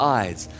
eyes